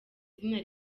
izina